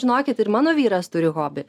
žinokit ir mano vyras turi hobį